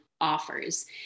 offers